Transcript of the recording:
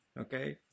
Okay